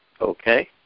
Okay